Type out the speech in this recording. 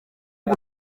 ngo